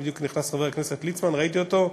בדיוק נכנס חבר הכנסת ליצמן, ראיתי אותו.